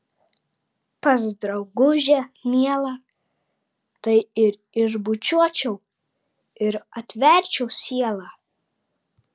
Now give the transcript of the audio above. pas draugužę mielą tai ir išbučiuočiau ir atverčiau sielą